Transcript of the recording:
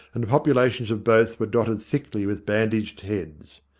and the populations of both were dotted thickly with bandaged heads.